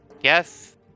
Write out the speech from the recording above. Yes